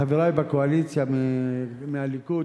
חברי בקואליציה ומהליכוד,